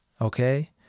Okay